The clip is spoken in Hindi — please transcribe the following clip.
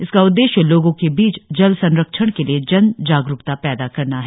इसका उद्देश्य लोगो के बीच जल संरक्षण के लिए जन जागरुकता पैदा करना है